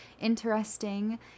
interesting